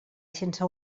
sense